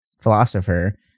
philosopher